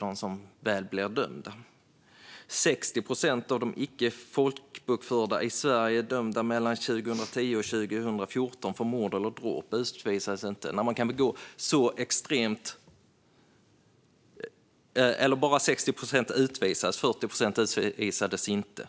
de som väl blir dömda utvisas. Bara 60 procent av de icke folkbokförda i Sverige dömda 2010-2014 för mord eller dråp utvisades, 40 procent utvisades inte.